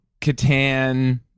Catan